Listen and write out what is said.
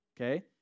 okay